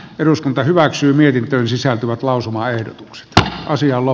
eduskunta hyväksyi mietintöön sisältyvät havaittu ongelmia